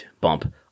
bump